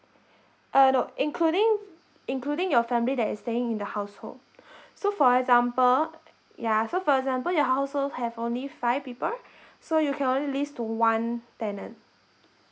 uh no including including your family that is staying in the household so for example ya so for example your household have only five people so you can only lease to one tenant